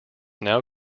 now